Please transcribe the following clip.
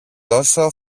δώσω